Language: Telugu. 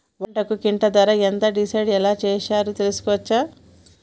వరి పంటకు క్వింటా ధర ఎంత డిసైడ్ ఎలా చేశారు తెలుసుకోవచ్చా?